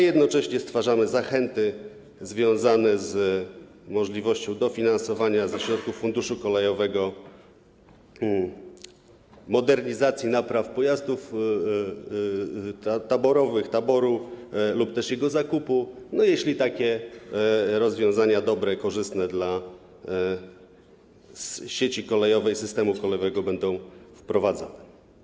Jednocześnie stwarzamy zachęty związane z możliwością dofinansowania ze środków Funduszu Kolejowego modernizacji napraw pojazdów taborowych, taboru lub też jego zakupu, jeśli takie dobre, korzystne dla sieci kolejowej rozwiązania dotyczące systemu kolejowego będą wprowadzane.